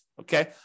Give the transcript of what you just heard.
Okay